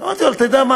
והוא אמר לי: תשמע,